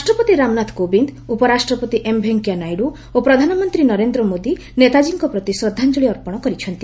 ରାଷ୍ଟ୍ରପତି ରାମନାଥ କୋବିନ୍ଦ ଉପରାଷ୍ଟ୍ରପତି ଏମ ଭେଙ୍କୟା ନାଇଡୁ ଓ ପ୍ରଧାନମନ୍ତ୍ରୀ ନରେନ୍ଦ୍ର ମୋଦୀ ନେତାଜୀଙ୍କ ପ୍ରତି ଶ୍ରଦ୍ଧାଞ୍ଜଳି ଅର୍ପଣ କରିଛନ୍ତି